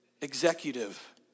executive